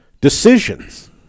decisions